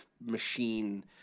machine